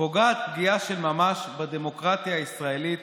"פוגעת פגיעה של ממש בדמוקרטיה הישראלית